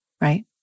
right